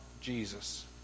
Jesus